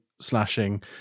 slashing